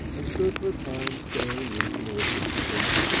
and stood for a time staring into the littered street,